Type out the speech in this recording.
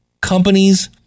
companies